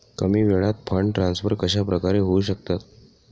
कमी वेळात fund transfer कशाप्रकारे होऊ शकतात?